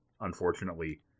unfortunately